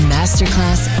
Masterclass